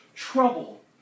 trouble